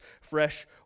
fresh